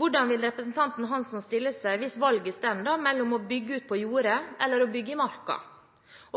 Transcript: Hvordan vil representanten Hansson stille seg hvis valget står mellom å bygge ut på jorder eller å bygge i marka?